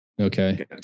Okay